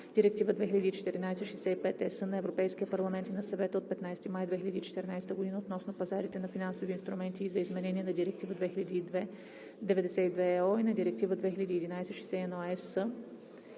Директива 2014/65/ЕС на Европейския парламент и на Съвета от 15 май 2014 г. относно пазарите на финансови инструменти и за изменение на Директива 2002/92/ЕО и на Директива 2011/61/ЕС (OB,